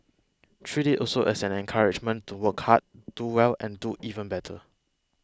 treat it also as an encouragement to work hard do well and do even better